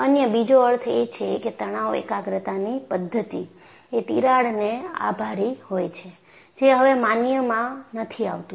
અન્ય બીજો અર્થ એ છે કે તણાવ એકાગ્રતાની પદ્ધતિ એ તિરાડને આભારી હોય છે જે હવે માન્યમાં નથી આવતું